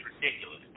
ridiculous